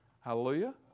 Hallelujah